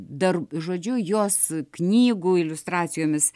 dar žodžiu jos knygų iliustracijomis